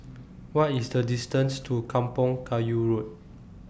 What IS The distance to Kampong Kayu Road